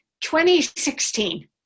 2016